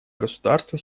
государства